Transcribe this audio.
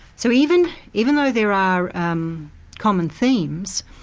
so even even though there are um common themes,